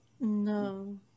No